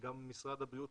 צוהריים טובים.